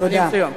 תודה.